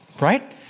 right